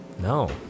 No